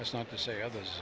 it's not to say at this